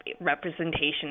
representation